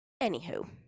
Anywho